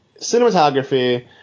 cinematography